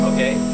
Okay